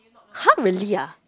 !huh! really ah